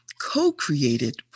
co-created